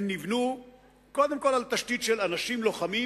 הן נבנו קודם כול על תשתית של אנשים לוחמים